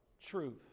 Truth